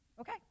okay